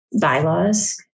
bylaws